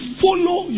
follow